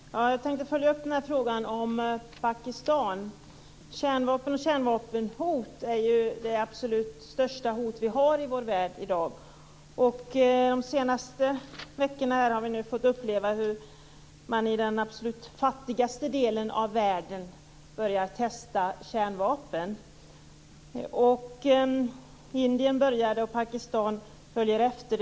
Herr talman! Jag tänker följa upp frågan om Pakistan. Kärnvapen och kärnvapenhot är det absolut största hot vi har i vår värld i dag. De senaste veckorna har vi fått uppleva hur man i den absolut fattigaste delen av världen börjar testa kärnvapen. Indien började, och Pakistan följer efter.